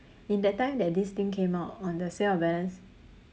in that time that this thing came out on the sale of balance